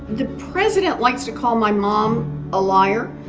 the president likes to call my mom a liar.